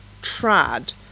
trad